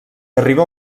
arriba